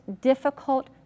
difficult